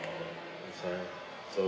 that's why so~